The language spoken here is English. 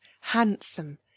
handsome